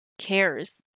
cares